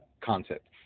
concept